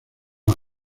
las